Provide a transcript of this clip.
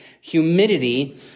humidity